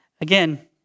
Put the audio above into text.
Again